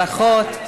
ברכות.